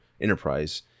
Enterprise